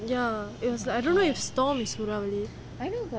ya it was like I don't know if storm is tsunami